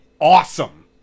awesome